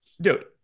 Dude